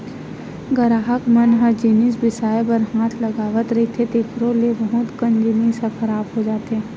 गराहक मन ह जिनिस बिसाए बर हाथ लगावत रहिथे तेखरो ले बहुत कन जिनिस ह खराब हो जाथे